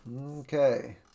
Okay